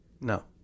No